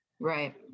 Right